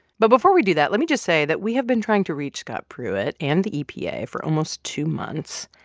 but before we do that, let me just say that we have been trying to reach scott pruitt and the epa for almost two months.